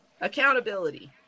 Accountability